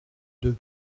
deux